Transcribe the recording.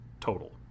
total